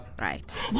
Right